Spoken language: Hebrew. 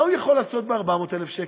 מה הוא יכול לעשות ב-400,000 שקל?